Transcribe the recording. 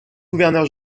gouverneur